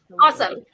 awesome